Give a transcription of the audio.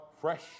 fresh